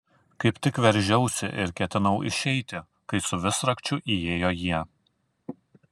kaip tik veržiausi ir ketinau išeiti kai su visrakčiu įėjo jie